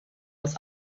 aus